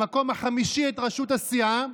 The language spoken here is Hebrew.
למקום החמישי, את רשות הסיעה,